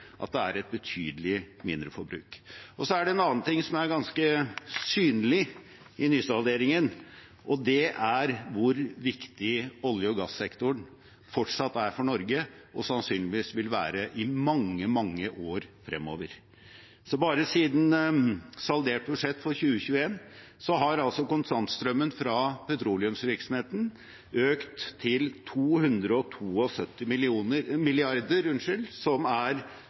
at det er et betydelig mindreforbruk. En annen ting som er ganske synlig i nysalderingen, er hvor viktig olje- og gassektoren fortsatt er og sannsynligvis vil være for Norge i mange, mange år fremover. Bare siden saldert budsjett for 2021 har kontantstrømmen fra petroleumsvirksomheten økt til 272 mrd. kr, som er nesten 174 mrd. kr mer enn det som ble anslått i budsjettet. Det viser hvor viktig denne sektoren er.